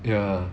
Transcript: ya